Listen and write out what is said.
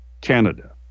Canada